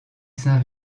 saint